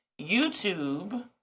YouTube